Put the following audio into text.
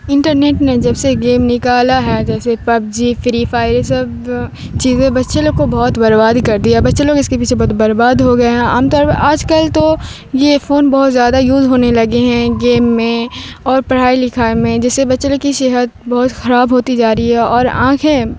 internet نے جب سے گیم نکالا ہے جیسے پبجی فری فائر یہ سب چیزیں بچے لوگ کو بہت برباد کر دیا بچے لوگ اس کے پیچھے بہت برباد ہو گئے ہیں عام طور پر آج کل تو یہ فون بہت زیادہ یوز ہونے لگے ہیں گیم میں اور پڑھائی لکھائی میں جس سے بچے لوگ کی صحت بہت خراب ہوتی جا رہی ہے اور آنکھیں